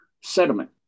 sediment